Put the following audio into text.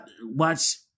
watch